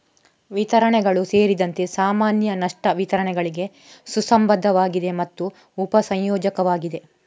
ವಿತರಣೆಗಳು ಸೇರಿದಂತೆ ಸಾಮಾನ್ಯ ನಷ್ಟ ವಿತರಣೆಗಳಿಗೆ ಸುಸಂಬದ್ಧವಾಗಿದೆ ಮತ್ತು ಉಪ ಸಂಯೋಜಕವಾಗಿದೆ